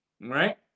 Right